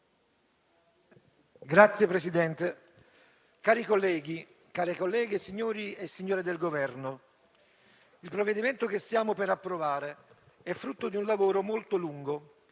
Signor Presidente, onorevoli colleghi e colleghe, signori e signore del Governo, il provvedimento che stiamo per approvare è frutto di un lavoro molto lungo,